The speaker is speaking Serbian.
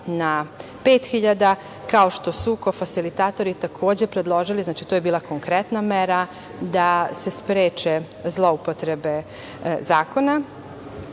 hiljada, kao što su kofasilitatori takođe predložili, znači to je bila konkretna mera, da se spreče zloupotrebe zakona. Imajući